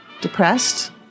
depressed